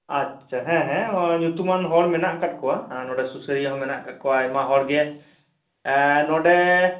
ᱟᱪᱪᱷᱟ ᱦᱮᱸ ᱦᱮᱸ ᱧᱩᱛᱩᱢᱟᱱ ᱦᱚᱲ ᱢᱮᱱᱟᱜ ᱟᱠᱟᱫ ᱠᱚᱣᱟ ᱟᱨ ᱱᱚᱰᱮ ᱥᱩᱥᱟᱹᱨᱤᱭᱟᱹ ᱦᱚᱸ ᱢᱮᱱᱟᱜ ᱟᱠᱟᱫ ᱠᱚᱣᱟ ᱟᱭᱢᱟ ᱦᱚᱲ ᱜᱮ ᱱᱚᱰᱮ